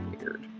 Weird